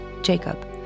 Jacob